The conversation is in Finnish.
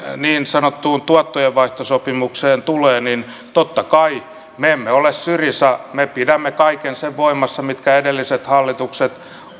niin sanottuun tuottojenvaihtosopimukseen tulee niin totta kai me emme ole syriza me pidämme kaiken sen voimassa minkä edelliset hallitukset